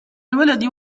الولد